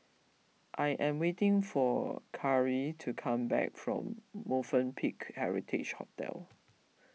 I am waiting for Karie to come back from Movenpick Heritage Hotel